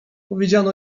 powiedziano